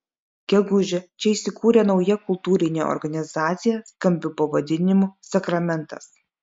gegužę čia įsikūrė nauja kultūrinė organizacija skambiu pavadinimu sakramentas